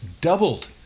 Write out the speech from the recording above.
doubled